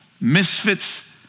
Misfits